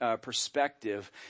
perspective